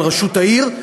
על ראשות העיר,